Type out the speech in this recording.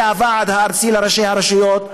הוועד הארצי של ראשי הרשויות הערביות,